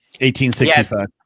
1865